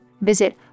Visit